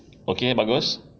okay bagus